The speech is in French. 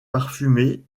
parfumées